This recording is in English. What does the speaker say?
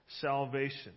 salvation